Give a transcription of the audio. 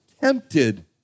tempted